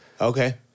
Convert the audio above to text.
Okay